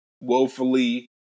woefully